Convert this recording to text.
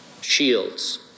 shields